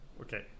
okay